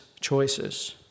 choices